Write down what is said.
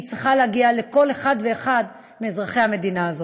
כי היא צריכה להגיע לכל אחד ואחד מאזרחי המדינה הזאת.